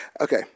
Okay